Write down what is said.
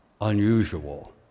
unusual